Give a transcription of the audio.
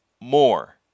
more